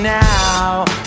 now